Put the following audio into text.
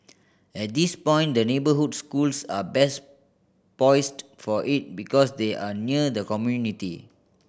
at this point the neighbourhood schools are best poised for it because they are near the community